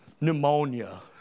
Pneumonia